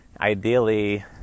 ideally